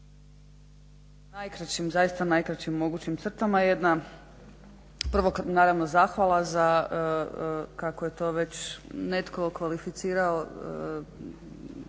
najkraćim zaista najkraćim mogućim crtama prvo jedna zahvala za kako je to već netko okvalificirao